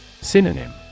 Synonym